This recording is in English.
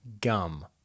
gum